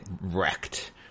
wrecked